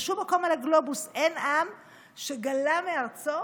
בשום מקום על הגלובוס אין עם שגלה מארצו